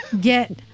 get